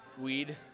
Weed